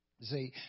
See